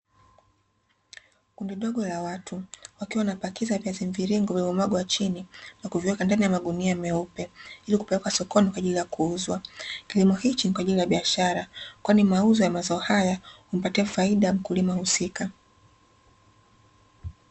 Kundi dogo la watu, wakiwa wanapakiza viazi mviringo vilivyomwagwa chini na kuwekwa ndani ya magunia meupe, ili kupelekwa sokoni kwa ajili ya kuuzwa. Kilimo hichi ni kwa ajili ya biashara kwani mauzo ya mazao haya humpatia faida mkulima husika.